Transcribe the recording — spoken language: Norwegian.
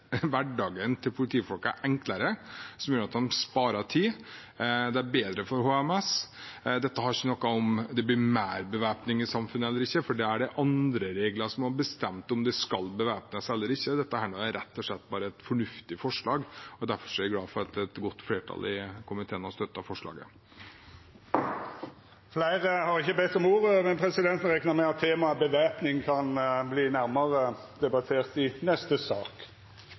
er bedre for HMS. Dette har ikke noe med om det blir mer bevæpning i samfunnet eller ikke, for det er andre regler som bestemmer om det skal bevæpnes eller ikke. Dette er rett og slett bare et fornuftig forslag, og derfor er jeg glad for at et godt flertall i komiteen har støttet forslaget. Fleire har ikkje bedt om ordet til sak nr. 5, men presidenten reknar med at temaet væpning kan verta nærmare debattert i neste sak.